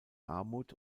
armut